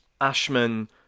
Ashman